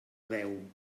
deu